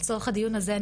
לצורך הדיון הזה,